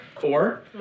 Four